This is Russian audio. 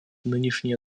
нынешнее